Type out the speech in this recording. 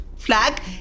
flag